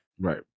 Right